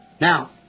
Now